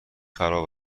خراب